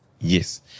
Yes